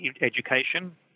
education